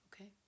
Okay